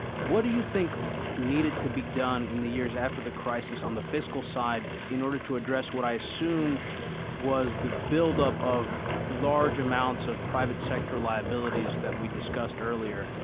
what do you think needed to be done in the years after the crisis on the fiscal side in order to address what i assume was the buildup of large amounts of private sector liabilities that we discussed earlier.